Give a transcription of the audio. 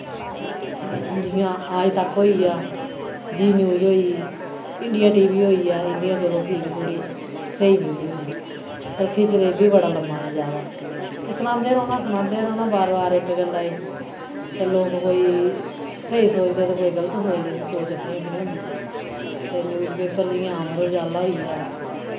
जि'यां आजतक होई गेआ जी न्यूज होई इंडिया टीवी होई गेआ इं'दियां चलो फ्ही बी थोह्ड़ी स्हेई न्यूज होंदी पर खिचदे एह् बी बड़ा लम्मा न जैदा ते सनांदे रौह्ना सनांदे रौह्ना बार बार इक गल्ला गी ते लोक कोई स्हेई सोचदे ते कोई गल्त सोचदे फ्ही सोच अपनी अपनी होंदी ते न्यूज पेपर जि'यां अमर उजाला होई गेआ